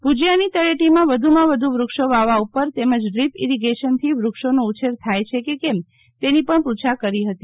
ભુજીયાની તળેટીમાં વધુમાં વધુ વૃક્ષો વાવવા ઉપર તેમ ડ્રીપ ઇરીગેશનથી વૃક્ષોનો ઉછેર થાય છે કે કેમ તેની પણ પૃચ્છા કરી હતી